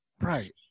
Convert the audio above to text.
Right